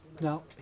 Now